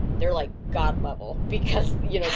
they're like god level because you